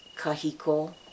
kahiko